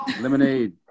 Lemonade